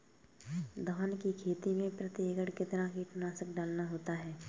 धान की खेती में प्रति एकड़ कितना कीटनाशक डालना होता है?